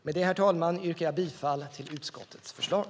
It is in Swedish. Med detta, herr talman, yrkar jag bifall till utskottets förslag.